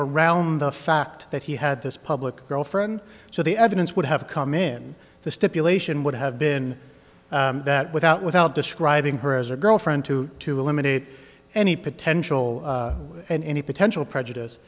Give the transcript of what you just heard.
around the fact that he had this public girlfriend so the evidence would have come in the stipulation would have been that without without describing her as a girlfriend to to eliminate any potential and any potential prejudice